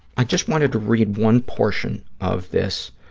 i just wanted to read one portion of this.